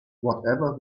whatever